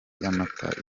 amata